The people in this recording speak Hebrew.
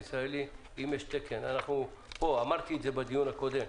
אם יש תקן, אמרתי את זה בדיון הקודם,